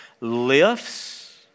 lifts